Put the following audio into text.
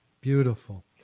Beautiful